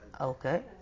Okay